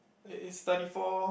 it is thirty four